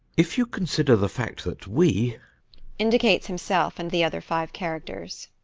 if you consider the fact that we indicates himself and the other five characters,